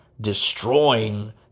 destroying